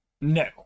No